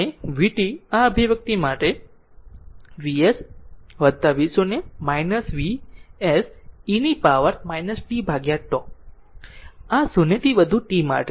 અને vt આ અભિવ્યક્તિ Vs v0 Vs e power t τ આ 0 થી વધુ t માટે છે